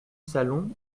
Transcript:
salon